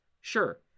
sure